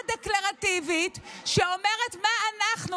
היא הצעה דקלרטיבית שאומרת מה אנחנו,